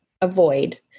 avoid